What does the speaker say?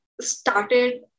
started